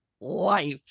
life